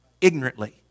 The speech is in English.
Ignorantly